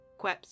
Queps